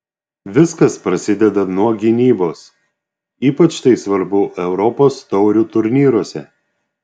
viskas prasideda nuo gynybos ypač tai svarbu europos taurių turnyruose